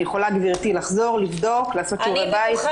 אני יכולה לחזור ולבדוק ולבוא עם תשובות.